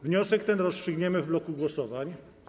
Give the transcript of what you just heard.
Wniosek ten rozstrzygniemy w bloku głosowań.